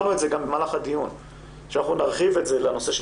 אמרנו גם במהלך הדיון שאנחנו נרחיב את זה לנושא של